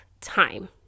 time